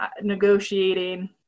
negotiating